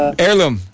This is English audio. heirloom